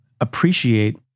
appreciate